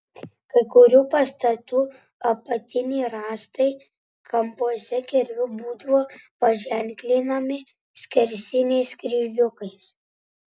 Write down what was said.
kai kurių pastatų apatiniai rąstai kampuose kirviu būdavo paženklinami skersiniais kryžiukais